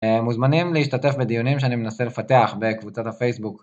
מוזמנים להשתתף בדיונים שאני מנסה לפתח בקבוצת הפייסבוק.